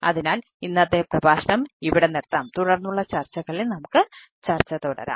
അതിനാൽ ഇന്നത്തെ പ്രഭാഷണം ഇവിടെ നിർത്താം തുടർന്നുള്ള ചർച്ചകളിൽ ചർച്ച തുടരാം